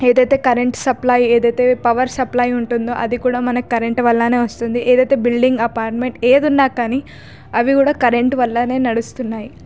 ఏదైతే current supply ఏదైతే power supply ఉంటుందో అది కూడా మనకి కరెంటు వల్లనే వస్తుంది ఏదైతే బిల్డింగ్ అపార్ట్మెంట్ ఏదున్నా కానీ అవి కూడా కరెంటు వల్లనే నడుస్తున్నాయి